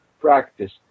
practice